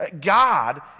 God